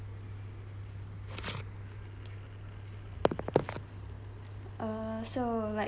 uh so like